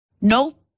no